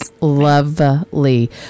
lovely